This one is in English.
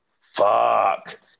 Fuck